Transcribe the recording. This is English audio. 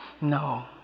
No